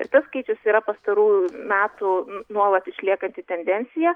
ir tas skaičius yra pastarųjų metų nuolat išliekanti tendencija